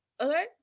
Okay